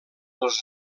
les